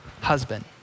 husband